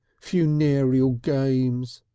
funererial games.